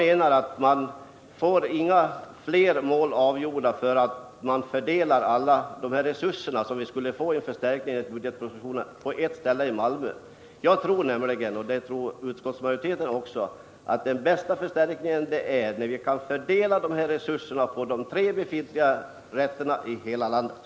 Men det blir inte några fler mål avgjorda för att vi lägger de här resurserna, som vi skulle få med en förstärkning av budgetpropositionen, på ett ställe i Malmö. Jag tror nämligen — och det gör utskottsmajoriteten också — att den bästa förstärkningen sker när vi kan fördela dessa resurser på de tre befintliga försäkringsrätterna i hela landet.